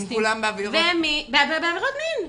-- הם כולם בעבירות ---- רק בעבירות מין,